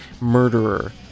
Murderer